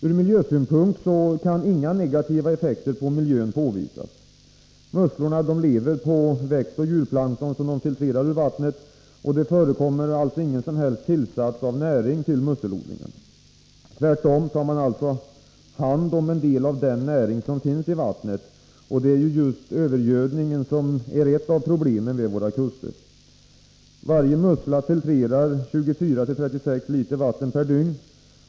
Ur miljösynpunkt kan inga negativa effekter på miljön påvisas. Musslorna lever på växtopch djurplankton som de filtrerar ur vattnet. Det förekommer alltså ingen som helst tillsats av näring till musselodlingarna. Tvärtom tas alltså en del av den näring som finns i vattnet om hand. Och det är ju just övergödning som är ett av problemen vid våra kuster. Varje mussla filtrerar 24-36 liter vatten per dygn.